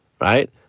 right